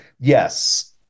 yes